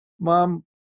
Mom